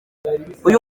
uyu